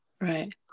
right